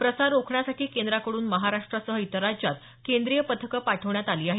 प्रसार रोखण्यासाठी केंद्राकडून महाराष्ट्रासह इतर राज्यात केंद्रीय पथकं पाठवण्यात आली आहेत